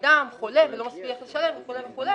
אדם חלה, לא יכול לשלם, וכו' וכו',